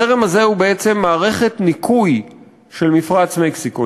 הזרם הזה הוא בעצם מערכת ניקוי של מפרץ מקסיקו.